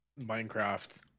Minecraft